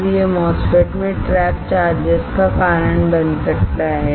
और यह MOSFET में ट्रैप्ड चार्जेस का कारण बन सकता है